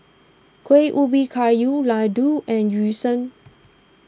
Kueh Ubi Kayu Laddu and Yu Sheng